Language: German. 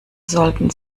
sollten